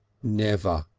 never.